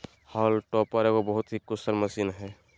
haulm topper एगो बहुत ही कुशल मशीन हइ